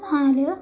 നാല്